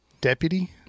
Deputy